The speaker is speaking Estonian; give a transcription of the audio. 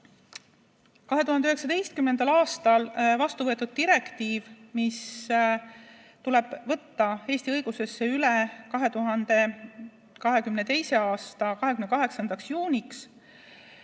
2019. aastal võeti vastu direktiiv, mis tuleb võtta Eesti õigusesse üle 2022. aasta 28. juuniks